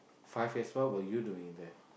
five years what were you doing there